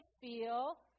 feel